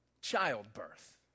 Childbirth